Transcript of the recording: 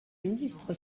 ministre